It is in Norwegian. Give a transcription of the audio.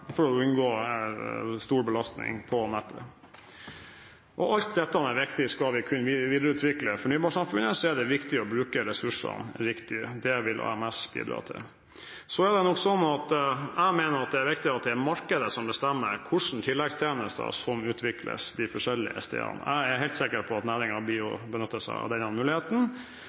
unngå stor belastning på nettet. Alt dette er viktig. Skal vi kunne videreutvikle fornybarsamfunnet, er det viktig å bruke ressursene riktig. Det vil AMS bidra til. Så mener jeg det er viktig at det er markedet som bestemmer hvilke tilleggstjenester som utvikles de forskjellige stedene. Jeg er helt sikker på at næringen vil benytte seg av denne muligheten.